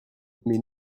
mais